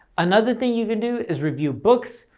another thing you can do is review books,